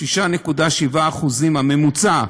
6.7% הממוצע,